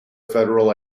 federal